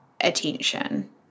attention